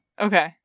Okay